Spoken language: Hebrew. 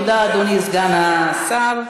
תודה, אדוני סגן השר,